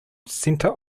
center